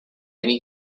need